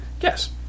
Yes